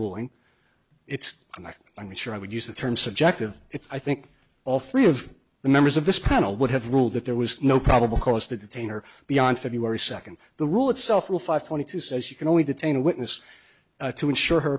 ruling it's on that i'm sure i would use the term subjective it's i think all three of the members of this panel would have ruled that there was no probable cause to detain her beyond february second the rule itself will five twenty two says you can only detain a witness to ensure her